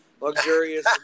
luxurious